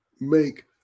make